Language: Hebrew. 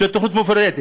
עם תוכנית מפורטת,